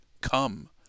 come